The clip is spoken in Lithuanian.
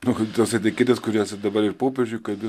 nu tos etiketės kurios ir dabar ir popiežiui kabina